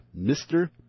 Mr